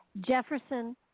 Jefferson